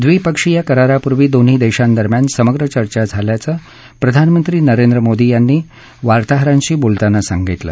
द्विपक्षीय करारापूर्वी दोन्ही देशांदरम्यान समग्र चर्चा झाल्याचं प्रधानमंत्री नरेंद्र मोदी यांनी वार्ताहरांशी बोलताना सांगितलं